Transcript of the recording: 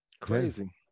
Crazy